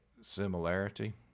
similarity